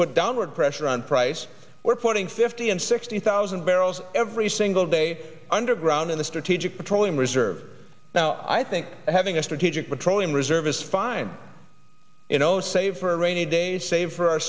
put downward pressure on price we're putting fifty and sixty thousand barrels every single day underground in the strategic petroleum reserve now i think having a strategic petroleum reserve is fine you know save for a rainy day save for our